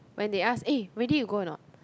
when they ask eh ready to go or not